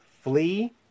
flee